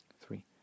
three